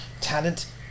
Talent